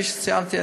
כפי שציינתי,